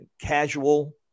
casual